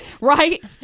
Right